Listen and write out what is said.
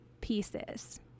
pieces